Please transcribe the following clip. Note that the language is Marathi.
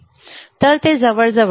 तर ते जवळ जवळ 9